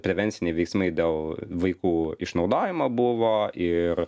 prevenciniai veiksmai dėl vaikų išnaudojimo buvo ir